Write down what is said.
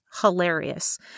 hilarious